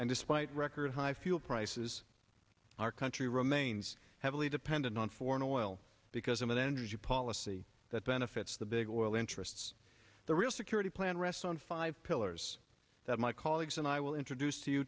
and despite record high fuel prices our country remains heavily dependent on foreign oil because i'm an energy policy that benefits the big oil interests the real security plan rests on five pillars that my colleagues and i will introduce